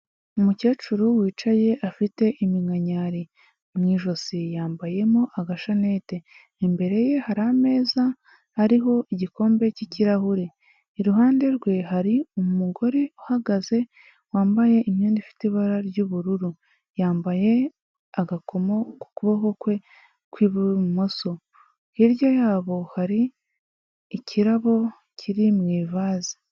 Umukecuru wicaye afite iminkanyari, mu ijosi yambayemo agashaneti, imbere ye hari ameza ariho igikombe cy'ikirahure, iruhande rwe hari umugore uhagaze wambaye imyenda ifite ibara ry'ubururu, yambaye agakomo ku kuboko kwe ku ibumoso, hirya yabo hari ikirabo kiri mu ivaze.